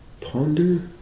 ponder